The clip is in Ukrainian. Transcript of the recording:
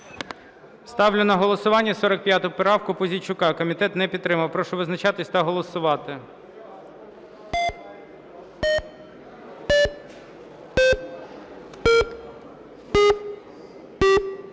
Ставлю на голосування 45 правку Пузійчука. Комітет не підтримав. Прошу визначатись та голосувати.